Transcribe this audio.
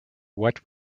what